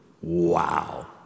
Wow